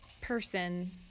person